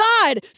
God